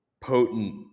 potent